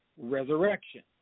resurrection